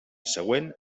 següent